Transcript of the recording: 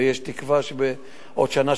ויש תקווה שבעוד שנה,